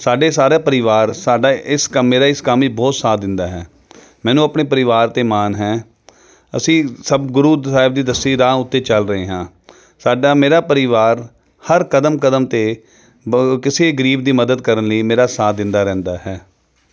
ਸਾਡੇ ਸਾਰੇ ਪਰਿਵਾਰ ਸਾਡਾ ਇਸ ਕੰਮ ਦਾ ਇਸ ਕੰਮ ਵੀ ਬਹੁਤ ਸਾਥ ਦਿੰਦਾ ਹੈ ਮੈਨੂੰ ਆਪਣੇ ਪਰਿਵਾਰ 'ਤੇ ਮਾਨ ਹੈ ਅਸੀਂ ਸਭ ਗੁਰੂ ਸਾਹਿਬ ਦੀ ਦੱਸੀ ਰਾਹ ਉੱਤੇ ਚੱਲ ਰਹੇ ਹਾਂ ਸਾਡਾ ਮੇਰਾ ਪਰਿਵਾਰ ਹਰ ਕਦਮ ਕਦਮ 'ਤੇ ਬੋ ਕਿਸੇ ਗਰੀਬ ਦੀ ਮਦਦ ਕਰਨ ਲਈ ਮੇਰਾ ਸਾਥ ਦਿੰਦਾ ਰਹਿੰਦਾ ਹੈ